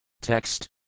Text